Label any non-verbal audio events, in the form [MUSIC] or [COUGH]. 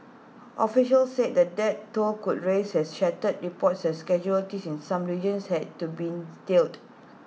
officials said the death toll could rise as scattered reports as schedule [UNINTELLIGIBLE] in some regions had to been tallied